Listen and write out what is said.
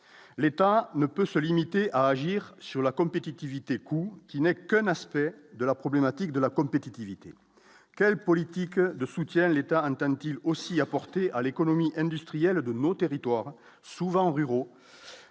l'État ne peut se limiter à agir sur la compétitivité coût qui n'est quand même un aspect de la problématique de la compétitivité, quelle politique de soutien à l'État entend-il aussi apporter à l'économie industrielle de nos territoires, souvent ruraux